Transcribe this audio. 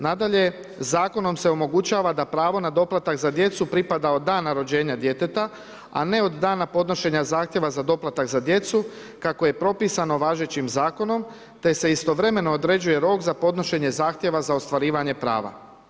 Nadalje, zakonom se omogućava da pravo na doplatak za djecu pripada od dana rođenja djeteta, a ne od dana podnošenja zahtjeva za doplatak za djecu kako je propisano važećim zakonom te se istovremeno određuje rok za podnošenje zahtjeva za ostvarivanje prava.